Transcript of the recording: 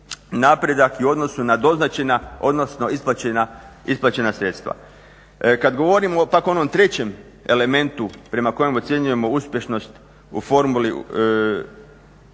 napredak u odnosnu na doznačena, odnosno isplaćena sredstva. Kad govorimo pak o onom trećem elementu prema kojem ocjenjujemo uspješnost u formuli,